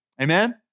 Amen